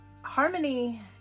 harmony